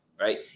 Right